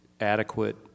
adequate